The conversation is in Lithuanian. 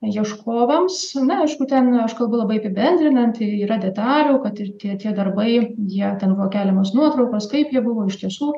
ieškovams na aišku ten aš kalbu labai apibendrinant yra detalių kad ir tie tie darbai jie ten buvo keliamos nuotraukos taip jie buvo iš tiesų